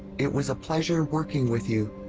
it was a pleasure working with you.